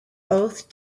both